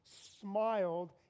smiled